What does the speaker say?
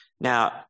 Now